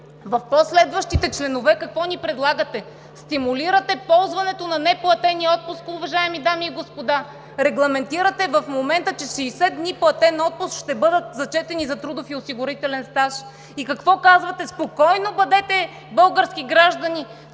в по-следващите членове какво ни предлагате? Стимулирате ползването на неплатения отпуск, уважаеми дами и господа! Регламентирате в момента, че 60 дни неплатен отпуск ще бъдат зачетени за трудов и осигурителен стаж! И какво казвате: бъдете спокойни, български граждани,